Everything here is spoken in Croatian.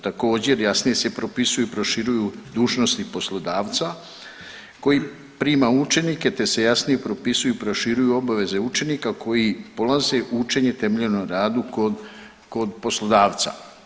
Također jasnije se propisuju i proširuju dužnosti poslodavca koji prima učenike, te se jasnije propisuju i proširuju obaveze učenika koji polaze učenje temeljeno na radu kod, kod poslodavca.